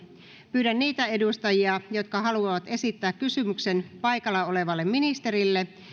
pyydän niitä edustajia jotka haluavat esittää kysymyksen paikalla olevalle ministerille